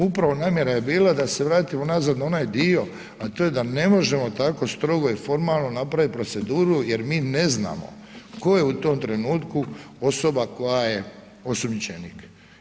Upravo namjera je bila, da se vratimo nazad na onaj dio a to je da ne možemo tako strogo i formalno napraviti proceduru jer mi ne znamo tko je u tom trenutku osoba koja je osumnjičenik.